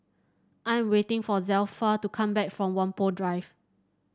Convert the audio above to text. I am waiting for Zelpha to come back from Whampoa Drive